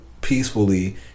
peacefully